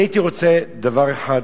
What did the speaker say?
אני הייתי רוצה דבר אחד,